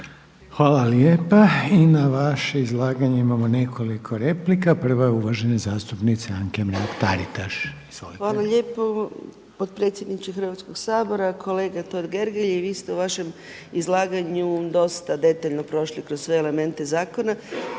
Hvala lijepa. I na vaše izlaganje imamo nekoliko replika. Prva je uvažene zastupnice Anke Mrak Taritaš. Izvolite. **Mrak-Taritaš, Anka (HNS)** Hvala lijepo potpredsjedniče Hrvatskog sabora. Kolega Totgergeli, vi ste u vašem izlaganju dosta detaljno prošli kroz sve elemente zakona,